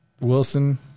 Wilson